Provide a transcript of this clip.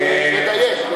אז לדייק.